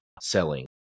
selling